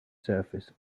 surface